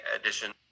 edition